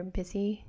busy